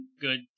good